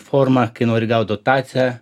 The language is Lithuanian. formą kai nori gaut dotaciją